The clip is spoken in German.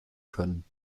können